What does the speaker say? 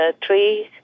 trees